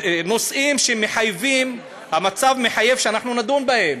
אלה נושאים שהמצב מחייב שאנחנו נדון בהם.